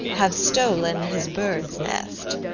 have stolen his bird's nest.